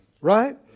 right